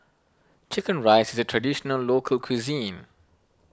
Chicken Rice is a Traditional Local Cuisine